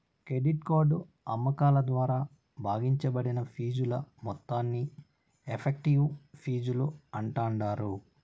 credit card అమ్మకాల ద్వారా భాగించబడిన ఫీజుల మొత్తాన్ని ఎఫెక్టివ్ ఫీజులు అంటాండారు